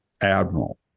admiral